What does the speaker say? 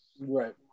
Right